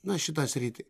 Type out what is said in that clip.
na šitą sritį